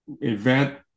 event